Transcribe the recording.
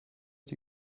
die